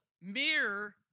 mirror